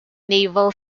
naval